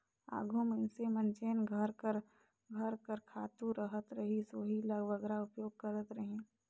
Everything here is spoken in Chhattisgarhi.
आघु मइनसे मन जेन घर कर घर कर खातू रहत रहिस ओही ल बगरा उपयोग करत रहिन